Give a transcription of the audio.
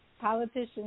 politicians